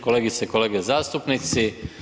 Kolegice i kolege zastupnici.